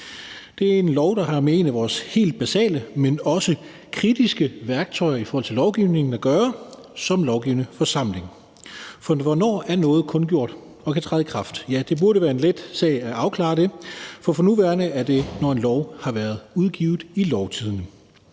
Det er et lovforslag, der har med en af vores helt basale, men også kritiske værktøjer i forhold til lovgivningen at gøre som lovgivende forsamling. For hvornår er noget kundgjort og kan træde i kraft? Ja, det burde være en let sag afklare det, for for nuværende er det, når en lov har været udgivet i Lovtidende.